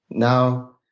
now,